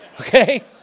okay